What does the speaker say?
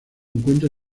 encuentra